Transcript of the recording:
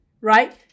Right